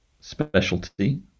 specialty